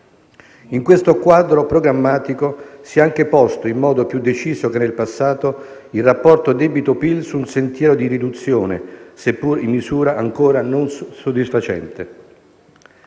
In questo quadro programmatico si è anche posto, in modo più deciso che nel passato, il rapporto tra debito e PIL su un sentiero di riduzione, seppur in misura ancora non soddisfacente.